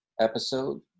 episode